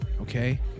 okay